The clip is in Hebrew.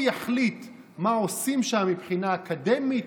הוא יחליט מה עושים שם מבחינה אקדמית,